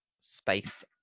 space